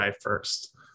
first